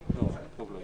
אחרי המליאה.